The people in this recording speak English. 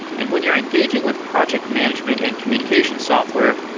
and when you're engaging with project management and communication software,